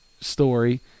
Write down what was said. story